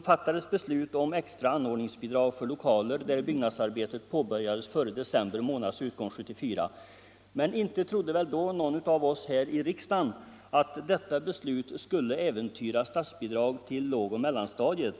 fattades beslut om extra anordningsbidrag för lokaler där byggnadsarbetet påbörjades före december månads utgång 1974. Inte trodde väl då någon av oss här i riksdagen att detta beslut skulle äventyra statsbidrag till lågoch mellanstadiet.